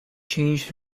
changed